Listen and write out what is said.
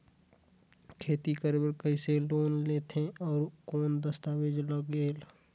खेती करे बर कइसे लोन लेथे और कौन दस्तावेज लगेल?